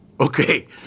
okay